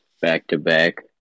back-to-back